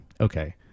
okay